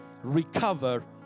recover